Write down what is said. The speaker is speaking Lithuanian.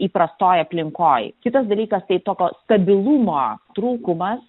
įprastojeaplinkoj kitas dalykas tai tokio stabilumo trūkumas